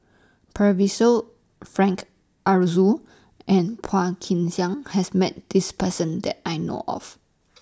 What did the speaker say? Percival Frank Aroozoo and Phua Kin Siang has Met This Person that I know of